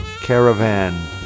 Caravan